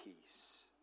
peace